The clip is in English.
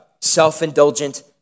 self-indulgent